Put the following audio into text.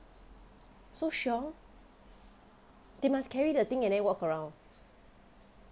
so 凶 they must carry the thing and then walk around